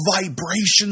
vibrations